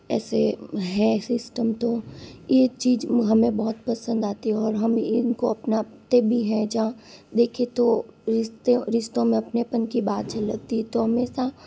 ऐसे है सिस्टम तो ये चीज़ हमें बहुत पसंद आती है और हम इनको अपनाते भी है जहाँ देखें तो रिस्तों में अपनेपन की बात झलकती तो हमेशा